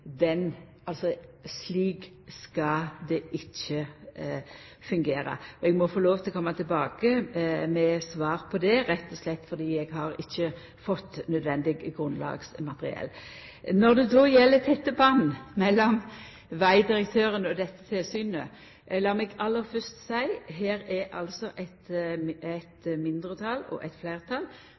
skal det ikkje fungera. Eg må få lov til å koma tilbake med svar på det, rett og slett fordi eg ikkje har fått nødvendig grunnlagsmateriale. Når det gjeld tette band mellom vegdirektøren og dette tilsynet, lat meg aller fyrst seia at her er det eit mindretal og eit fleirtal.